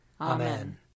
Amen